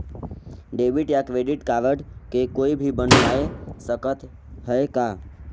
Debit या credit card के कोई भी बनवाय सकत है का?